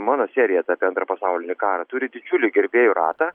mano serija apie antrą pasaulinį karą turi didžiulį gerbėjų ratą